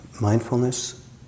mindfulness